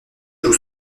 joue